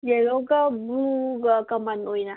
ꯌꯦꯜꯂꯣꯒ ꯕ꯭ꯂꯨꯒ ꯀꯃꯟ ꯑꯣꯏꯅ